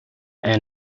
and